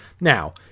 Now